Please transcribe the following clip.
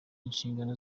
inshingano